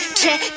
check